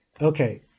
Okay